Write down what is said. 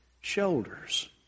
shoulders